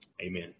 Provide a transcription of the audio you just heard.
Amen